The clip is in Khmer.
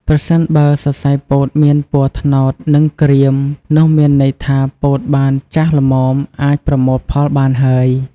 ប្រសិនបើសរសៃពោតមានពណ៌ ត្នោត និងក្រៀម នោះមានន័យថាពោតបានចាស់ល្មមអាចប្រមូលផលបានហើយ។